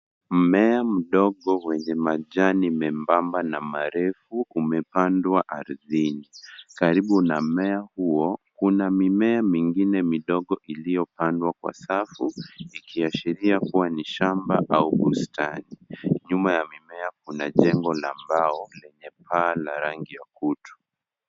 Mmea mdogo wenye majani membamba na marefu kumepandwa ardhini. Karibu na mmea huo kuna mimea mingine midogo iliyopandwa kwa safu ikiashiria kuwa ni shamba au bustani. Nyuma ya mimea kuna jengo la mbao lenye paa la rangi ya kutu.